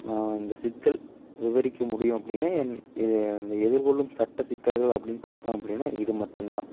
நான் இந்த சிக்கல் விவரிக்க முடியும் அப்படினா என் இது இந்த எதிர்கொள்ளும் சட்ட சிக்கல்கள் அப்படினு பார்த்தோம் அப்படினா இது மட்டுந்தான்